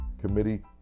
committee